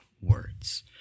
words